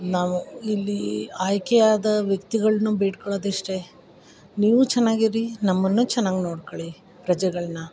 ನಾವು ಇಲ್ಲೀ ಆಯ್ಕೆಯಾದ ವ್ಯಕ್ತಿಗಳನ್ನು ಬೇಡ್ಕೊಳೋದ್ ಇಷ್ಟೇ ನೀವು ಚೆನ್ನಾಗ್ ಇರಿ ನಮ್ಮನ್ನು ಚೆನ್ನಾಗ್ ನೋಡ್ಕೊಳಿ ಪ್ರಜೆಗಳನ್ನ